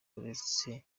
uretse